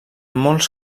molts